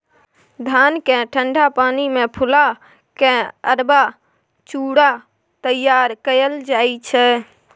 धान केँ ठंढा पानि मे फुला केँ अरबा चुड़ा तैयार कएल जाइ छै